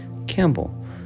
Campbell